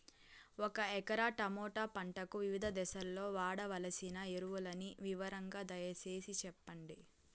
ఒక ఎకరా టమోటా పంటకు వివిధ దశల్లో వాడవలసిన ఎరువులని వివరంగా దయ సేసి చెప్పండి?